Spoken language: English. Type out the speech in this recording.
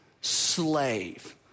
slave